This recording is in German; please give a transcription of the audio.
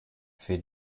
für